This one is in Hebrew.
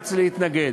מומלץ להתנגד.